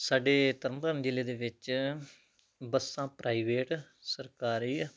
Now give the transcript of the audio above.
ਸਾਡੇ ਤਰਨ ਤਾਰਨ ਜ਼ਿਲ੍ਹੇ ਦੇ ਵਿੱਚ ਬੱਸਾਂ ਪ੍ਰਾਈਵੇਟ ਸਰਕਾਰੀ